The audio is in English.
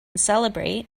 celebrate